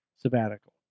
sabbatical